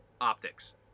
optics